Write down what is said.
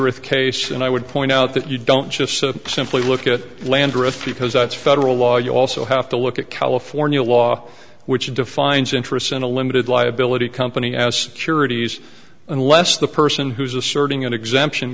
landreth case and i would point out that you don't just simply look at landreth because that's federal law you also have to look at california law which defines interest in a limited liability company as curity s unless the person who is asserting an exemption